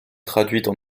traduites